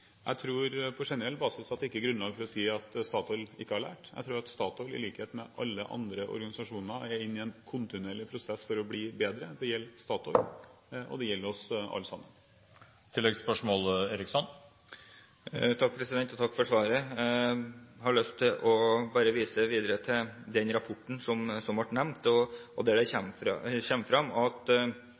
Jeg tror på generell basis ikke det er grunnlag for å si at Statoil ikke har lært. Jeg tror at Statoil, i likhet med alle andre organisasjoner, er inne i en kontinuerlig prosess for å bli bedre. Det gjelder Statoil, og det gjelder oss alle sammen. Takk for svaret. Jeg har lyst til bare å vise videre til den rapporten som ble nevnt, der det kommer fram at ledelsen i Statoil skylder på ansatte når noe har gått galt. Om det